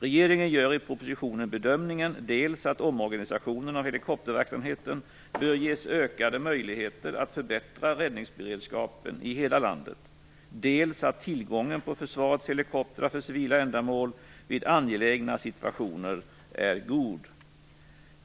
Regeringen gör i propositionen bedömningen dels att omorganisationen av helikopterverksamheten bör ge ökade möjligheter att förbättra räddningsberedskapen i hela landet, dels att tillgången på försvarets helikoptrar för civila ändamål vid angelägna situationer är god.